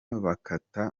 bakata